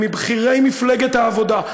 מבכירי מפלגת העבודה.